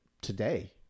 today